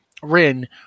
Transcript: Rin